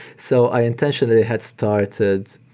so i intentionally had started